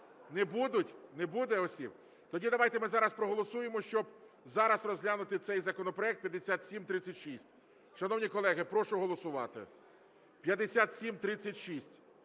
Не будуть, не буде осіб? Тоді давайте ми зараз проголосуємо, щоб зараз розглянути цей законопроект 5736. Шановні колеги, прошу голосувати. 5736: